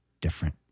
different